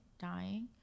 dying